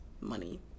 money